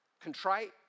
contrite